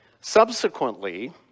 Subsequently